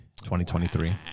2023